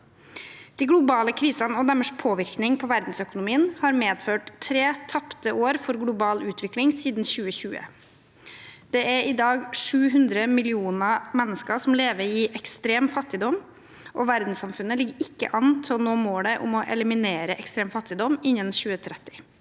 De globale krisene og deres påvirkning på verdensøkonomien har medført tre tapte år for global utvikling siden 2020. Det er i dag 700 millioner mennesker som lever i ekstrem fattigdom, og verdenssamfunnet ligger ikke an til å nå målet om å eliminere ekstrem fattigdom innen 2030.